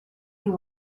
you